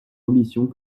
ambitions